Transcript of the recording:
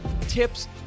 tips